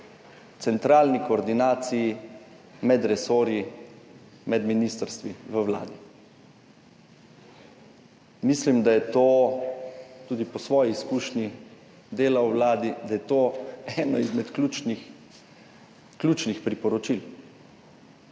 centralni koordinaciji med resorji in med ministrstvi v Vladi. Mislim, da je to, tudi po svoji izkušnji dela v vladi, eno izmed ključnih priporočil,